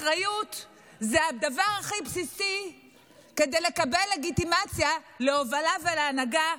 אחריות זה הדבר הכי בסיסי כדי לקבל לגיטימציה להובלה ולהנהגה,